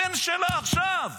הבן שלה עכשיו